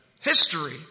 history